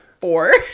four